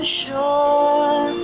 sure